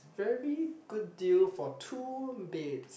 very good deal for two beds